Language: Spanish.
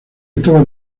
está